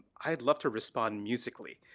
i'd love to respond musically,